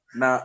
na